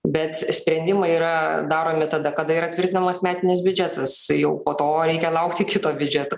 bet sprendimai yra daromi tada kada yra tvirtinamas metinis biudžetas jau po to reikia laukti kito biudžeto